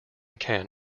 can